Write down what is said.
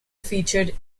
featured